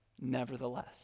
nevertheless